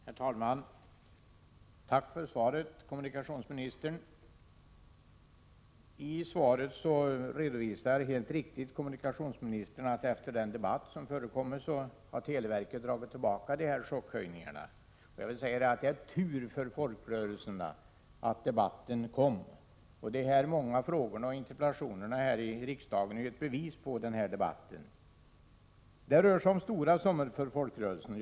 Herr talman! Tack för svaret, kommunikationsministern! I svaret redovisar kommunikationsministern helt riktigt, att televerket efter den debatt som har förekommit dragit tillbaka dessa chockhöjningar. Det var tur för folkrörelserna att debatten kom. De många frågorna och interpellationerna här i riksdagen är ju ett bevis på den debatt som pågår. Det rör sig om stora summor för folkrörelserna.